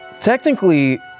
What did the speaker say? Technically